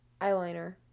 eyeliner